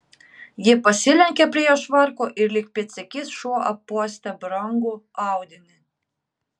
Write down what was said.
ji pasilenkė prie jo švarko ir lyg pėdsekys šuo apuostė brangų audinį